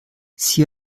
sie